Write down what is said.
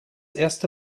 erste